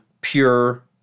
pure